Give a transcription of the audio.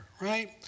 right